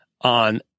on